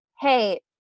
Hey